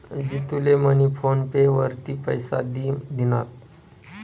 जितू ले मनी फोन पे वरतीन पैसा दि दिनात